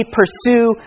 pursue